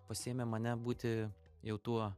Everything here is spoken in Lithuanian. pasiėmė mane būti jau tuo